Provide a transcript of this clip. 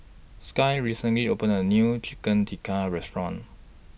Sky recently opened A New Chicken Tikka Restaurant